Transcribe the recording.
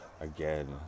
again